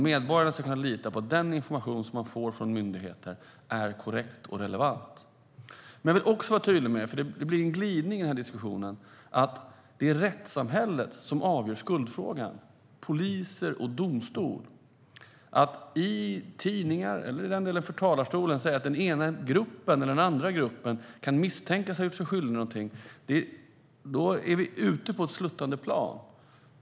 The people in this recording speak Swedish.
Medborgarna ska kunna lita på att den information som de får från myndigheter är korrekt och relevant. Jag vill också vara tydlig med, för det blir en glidning i den här diskussionen, att det är rättssamhället - poliser och domstol - som avgör skuldfrågan. Att i tidningar, eller för den delen här i talarstolen, säga att den ena eller den andra gruppen kan misstänkas ha gjort sig skyldig till någonting för oss ut på ett sluttande plan.